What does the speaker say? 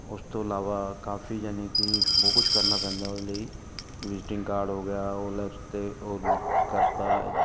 ਉਸ ਤੋਂ ਇਲਾਵਾ ਕਾਫ਼ੀ ਯਾਨੀ ਕਿ ਬਹੁਤ ਕੁਛ ਕਰਨਾ ਪੈਂਦਾ ਉਹਦੇ ਲਈ ਵਿਜਟਿੰਗ ਕਾਰਡ ਹੋ ਗਿਆ ਓਲੈਕਸ 'ਤੇ ਉਹ ਕਰਤਾ